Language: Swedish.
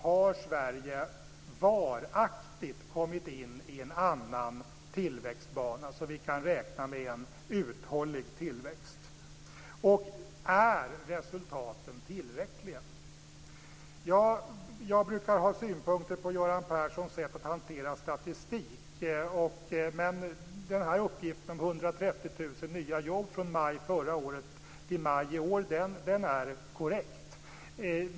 Har Sverige varaktigt kommit in i en annan tillväxtbana så att vi kan räkna med en uthållig tillväxt? Och är resultaten tillräckliga? Jag brukar ha synpunkter på Göran Perssons sätt att hantera statistik, men uppgiften om 130 000 nya jobb från maj förra året till maj i år är korrekt.